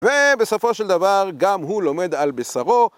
ובסופו של דבר גם הוא לומד על בשרו